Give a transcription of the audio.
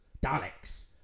Daleks